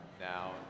now